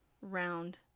round